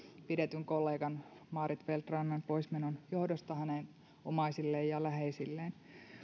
pidetyn kollegan maarit feldt rannan poismenon johdosta hänen omaisilleen ja läheisilleen